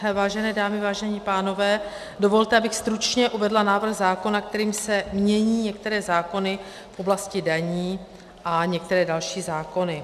Vážené dámy, vážení pánové, dovolte, abych stručně uvedla návrh zákona, kterým se mění některé zákony v oblasti daní a některé další zákony.